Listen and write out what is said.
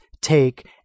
take